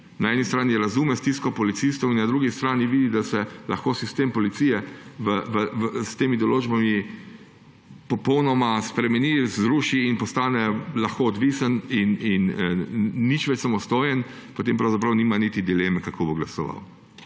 na eni strani razume stisko policistov in na drugi strani vidi, da se lahko sistem policije s temi določbami popolnoma spremeni, zruši in lahko postane odvisen in nič več samostojen, potem pravzaprav nima niti dileme, kako bo glasoval.